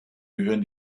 gehörten